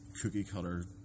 cookie-cutter